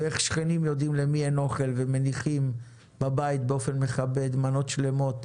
ואיך שכנים יודעים למי אין אוכל ומניחים בבית באופן מכבד מנות שלמות,